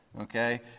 Okay